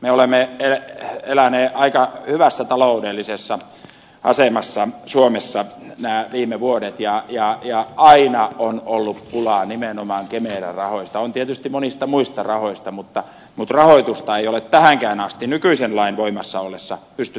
me olemme eläneet aika hyvässä taloudellisessa asemassa suomessa nämä viime vuodet ja aina on ollut pulaa nimenomaan kemera rahoista on tietysti monista muistakin rahoista mutta rahoitusta ei ole tähänkään asti nykyisen lain voimassa ollessa pystytty turvaamaan